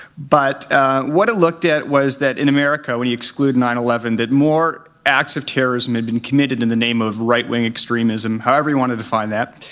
but what it looked at was that in america, when you exclude nine eleven, that more acts of terrorism had been committed in the name of right wing extremism, however you wanna define that,